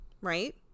right